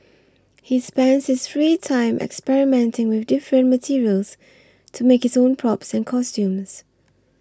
he spends his free time experimenting with different materials to make his own props and costumes